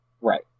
right